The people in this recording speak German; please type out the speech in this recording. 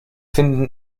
finden